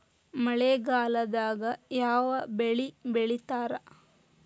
ಮಳೆಗಾಲದಾಗ ಯಾವ ಬೆಳಿ ಬೆಳಿತಾರ?